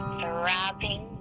throbbing